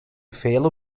fehler